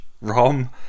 ROM